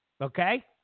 Okay